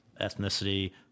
ethnicity